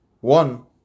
One